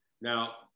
Now